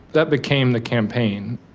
that became the campaign.